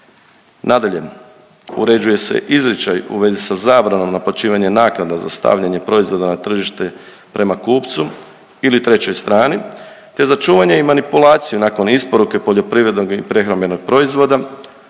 Nadalje, uređuje se izričaj u vezi sa zabranom naplaćivanja naknada za stavljanje proizvoda na tržište prema kupcu ili trećoj strani, te za čuvanje i manipulaciju nakon isporuke poljoprivrednog i prehrambenog proizvoda,